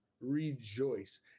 Rejoice